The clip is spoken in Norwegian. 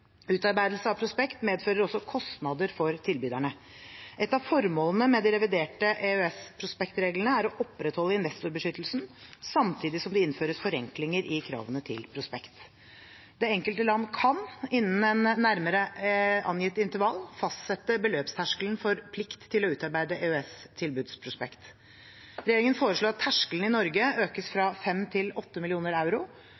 Utarbeidelse av prospekt medfører også kostnader for tilbyderne. Ett av formålene med de reviderte EØS-prospektreglene er å opprettholde investorbeskyttelsen samtidig som det innføres forenklinger i kravene til prospekt. Det enkelte land kan, innen et nærmere angitt intervall, fastsette beløpsterskelen for plikt til å utarbeide EØS-tilbudsprospekt. Regjeringen foreslår at terskelen i Norge økes